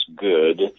good